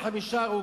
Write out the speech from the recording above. היו 25 הרוגים,